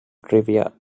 trivia